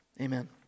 Amen